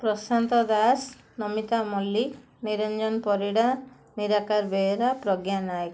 Prashant Das Namita Mallick Niranjan Parida Nirakar Behera Pragya Nayak